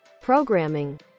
programming